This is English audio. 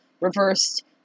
reversed